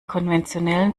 konventionellen